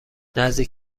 نزدیک